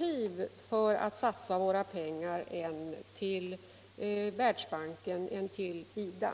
vi satsar våra pengar - inte bara vända oss till Världsbanken/IDA.